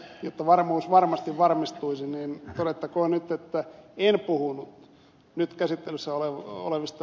jotta varmuus varmasti varmistuisi niin todettakoon nyt että en puhunut nyt käsittelyssä olevista ed